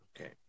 Okay